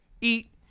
eat